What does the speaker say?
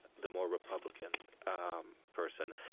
the more republican um person.